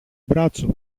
μπράτσο